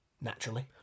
Naturally